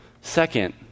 Second